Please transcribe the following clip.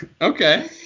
Okay